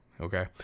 okay